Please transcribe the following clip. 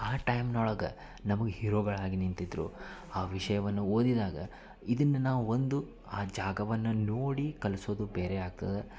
ಆ ಟೈಮ್ನೊಳಗೆ ನಮಗ್ ಹೀರೋಗಳಾಗಿ ನಿಂತಿದ್ದರು ಆ ವಿಷಯವನ್ನು ಓದಿದಾಗ ಇದನ್ನು ನಾವು ಒಂದು ಆ ಜಾಗವನ್ನು ನೋಡಿ ಕಲಿಸೋದು ಬೇರೆ ಆಗ್ತದೆ